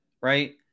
right